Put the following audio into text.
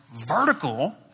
vertical